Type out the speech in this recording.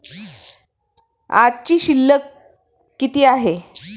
आजची शिल्लक किती आहे?